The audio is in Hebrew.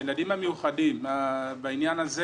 הילדים המיוחדים, בעניין הזה